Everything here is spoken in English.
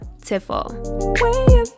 Tiffle